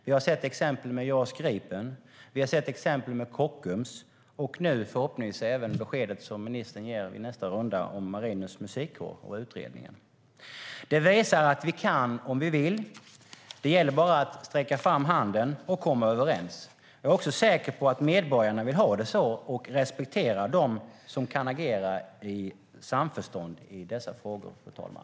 Vi har sett exempel på detta med JAS Gripen och Kockums, och nu ser vi förhoppningsvis ett exempel på detta i det besked ministern i nästa runda ger om Marinens Musikkår och utredningen. Det visar att vi kan om vi vill. Det gäller bara att sträcka ut handen och komma överens. Jag är också säker på att medborgarna vill ha det så och respekterar dem som kan agera i samförstånd i dessa frågor, fru talman.